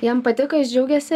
jam patiko jis džiaugėsi